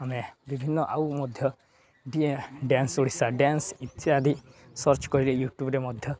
ଆମେ ବିଭିନ୍ନ ଆଉ ମଧ୍ୟ ଏ ଡ୍ୟାନ୍ସ ଓଡ଼ିଶା ଡ୍ୟାନ୍ସ ଇତ୍ୟାଦି ସର୍ଚ୍ଚ କରି ୟୁଟ୍ୟୁବରେ ମଧ୍ୟ